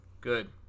good